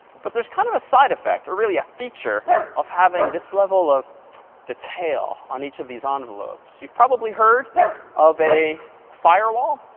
but there's kind of a side effect, or really a feature of having this level of detail on each of these ah envelopes. you've probably heard of a firewall.